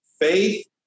Faith